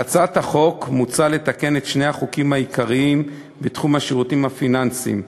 בהצעת החוק מוצע לתקן את שני החוקים העיקריים בתחום השירותים הפיננסיים: